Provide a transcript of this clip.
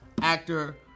actor